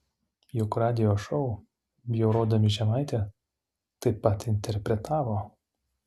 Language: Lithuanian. juk radijo šou bjaurodami žemaitę taip pat interpretavo